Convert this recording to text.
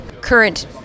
current